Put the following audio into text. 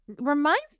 reminds